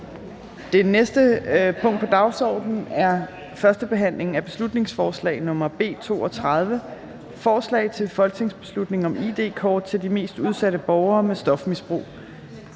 Det næste punkt på dagsordenen er: 12) 1. behandling af beslutningsforslag nr. B 32: Forslag til folketingsbeslutning om id-kort til de mest udsatte borgere med stofmisbrug.